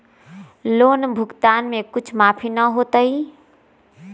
Loan भुगतान में कुछ माफी न होतई?